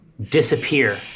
disappear